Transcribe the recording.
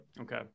okay